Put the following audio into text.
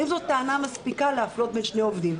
האם זאת טענה מספיקה כדי להפלות בין שני עובדים?